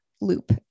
loop